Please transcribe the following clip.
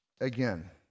again